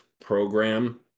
program